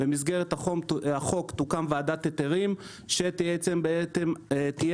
במסגרת החוק תוקם ועדת היתרים שבעצם תהיה